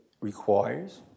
requires